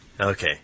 Okay